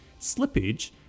slippage